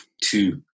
two